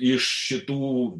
iš šitų